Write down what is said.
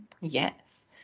yes